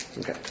Okay